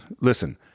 listen